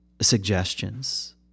suggestions